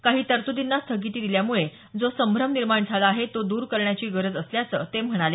काही तरतुदींना स्थगिती दिल्यामुळे जो संभ्रम निर्माण झाला आहे तो दूर करण्याची गरज असल्याचं ते म्हणाले